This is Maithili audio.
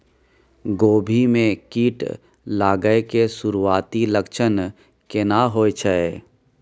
कोबी में कीट लागय के सुरूआती लक्षण केना होय छै